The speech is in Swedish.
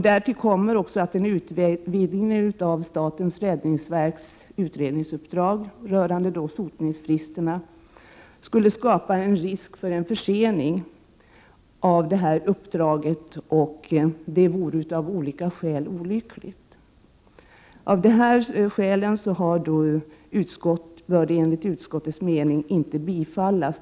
Därtill kommer att en utvidgning av statens räddningsverks utredningsuppdrag rörande sotningsfrister skulle skapa en risk för försening av dessa uppdrag, vilket av olika skäl vore olyckligt. Av dessa skäl bör motionen enligt utskottets mening inte bifallas.